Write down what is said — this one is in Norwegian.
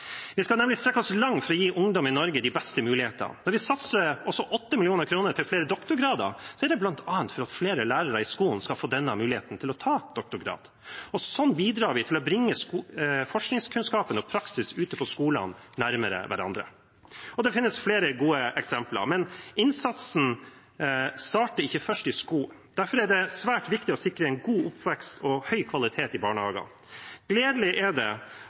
Vi skal nemlig strekke oss langt for å gi ungdom i Norge de beste mulighetene. Når vi satser 8 mill. kr på flere doktorgrader, er det bl.a. for at flere lærere i skolen skal få mulighet til å ta doktorgrad. Sånn bidrar vi til å bringe forskningskunnskap og praksis ute på skolene nærmere hverandre. Det finnes flere gode eksempler, men innsatsen starter ikke først i skolen. Derfor er det svært viktig å sikre en god oppvekst og høy kvalitet i barnehagene. Det er gledelig